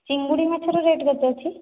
ଚିଙ୍ଗୁଡ଼ି ମାଛର ରେଟ୍ କେତେ ଅଛି